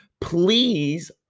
please